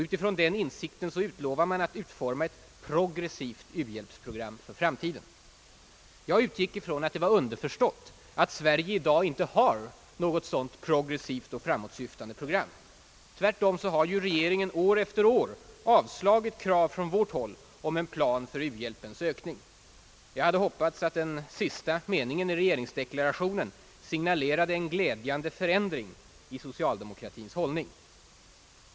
Utifrån den insikten utlovar man att utforma ett »progressivt u-hjälpsprogram» för framtiden. Jag utgick ifrån att det var underförstått att Sverige i dag inte har något sådant progressivt och framåtsyftande program. Tvärtom har regeringen år efter år avslagit krav från vårt håll om en plan för u-hjälpens ökning. Jag hade hoppats att den sista meningen i regeringsdeklarationen signalerade en glädjande förändring i socialdemokratins hållning.